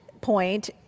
point